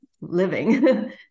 living